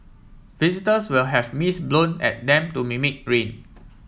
visitors will have mist blown at them to mimic rain